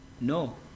No